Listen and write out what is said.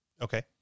Okay